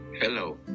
Hello